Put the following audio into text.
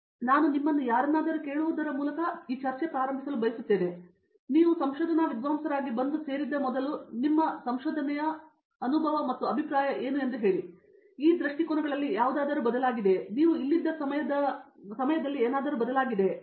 ಆದ್ದರಿಂದ ನಾನು ನಿಮ್ಮನ್ನು ಯಾರನ್ನಾದರೂ ಕೇಳುವುದರ ಮೂಲಕ ಪ್ರಾರಂಭಿಸಲು ಬಯಸುತ್ತೇನೆ ನೀವು ಬಂದು ಸಂಶೋಧನಾ ವಿದ್ವಾಂಸರಾಗಿ ಸೇರಿದ ಮೊದಲು ಸಂಶೋಧನೆಯ ನಿಮ್ಮ ಅಭಿಪ್ರಾಯ ಏನು ಎಂದು ಹೇಳಿ ಮತ್ತು ಈ ದೃಷ್ಟಿಕೋನಗಳಲ್ಲಿ ಯಾವುದಾದರೂ ಬದಲಾಗಿದೆ ಮತ್ತು ನೀವು ಇಲ್ಲಿದ್ದ ಸಮಯದ ಮೇಲೆ ಹಾಗಿದ್ದಲ್ಲಿ ಅವರು ಬದಲಾಗಿದೆ ಹೇಗೆ